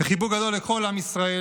וחיבוק גדול לכל עם ישראל,